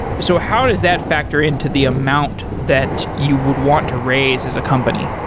so how does that factor into the amount that you would want to raise as a company?